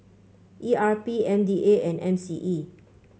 E R P M D A and M C E